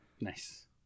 Nice